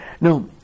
Now